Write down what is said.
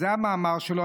זה המאמר שלו,